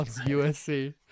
USC